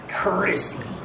courtesy